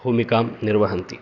भूमिकां निर्वहन्ति